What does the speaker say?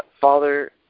Father